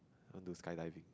I want to skydiving